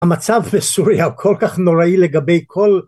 המצב בסוריה הוא כל כך נוראי לגבי כל